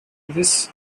this